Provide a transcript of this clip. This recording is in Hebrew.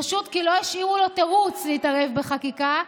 פשוט כי לא השאירו לו תירוץ להתערב בחקיקה,